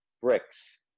bricks